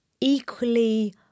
equally